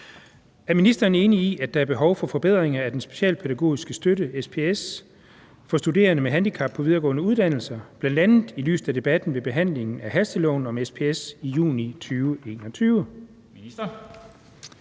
Er ministeren enig i, at der er behov for forbedringer af den specialpædagogiske støtte (SPS) for studerende med handicap på videregående uddannelser, bl.a. i lyset af debatten ved behandlingen af hasteloven om SPS i juni 2021?